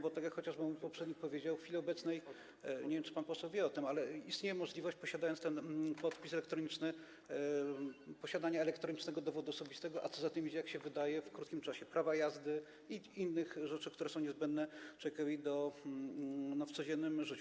Bo, tak jak chociażby mój poprzednik powiedział, w chwili obecnej, nie wiem, czy pan poseł wie o tym, istnieje możliwość, jeśli dysponuje się podpisem elektronicznym, posiadania elektronicznego dowodu osobistego, a co za tym idzie, jak się wydaje, w krótkim czasie, prawa jazdy i innych rzeczy, które są niezbędne człowiekowi w codziennym życiu.